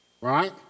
Right